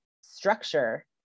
structure